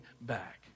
back